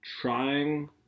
trying